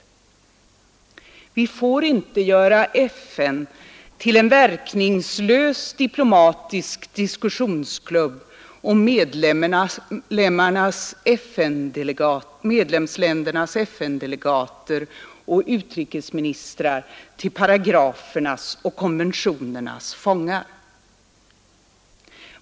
Vi får inte göra FN till en verkningslös diplomatisk diskussionsklubb och medlemsländernas FN-delegater och utrikesministrar till paragrafernas och konventionernas fångar.